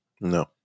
No